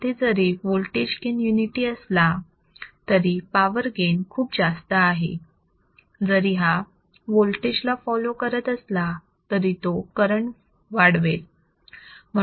इथे जरी voltage gain unity असला तरी पावर गेन खूप जास्त आहे जरी हा वोल्टेज ला फॉलो करत असला तरी तो करंट वाढवेल